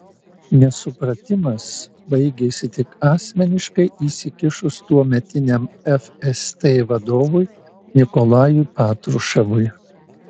nesupratimas baigėsi tik asmeniškai įsikišus tuometiniam fst vadovui nikolajui patruševui